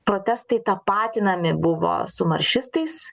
protestai tapatinami buvo su maršistais